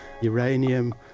uranium